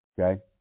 Okay